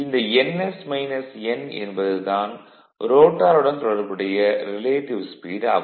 இந்த ns - n என்பது தான் ரோட்டாருடன் தொடர்புடைய ரிலேட்டிவ் ஸ்பீடு ஆகும்